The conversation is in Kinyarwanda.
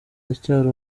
ndacyari